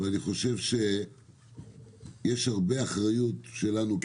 אבל אני חושב שיש הרבה אחריות שלנו,